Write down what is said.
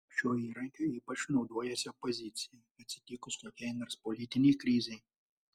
šiuo įrankiu ypač naudojasi opozicija atsitikus kokiai nors politinei krizei